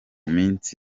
minsi